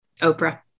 Oprah